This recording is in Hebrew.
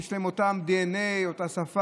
יש להן אותו דנ"א, אותה שפה.